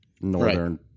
Northern